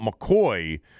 McCoy